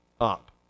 up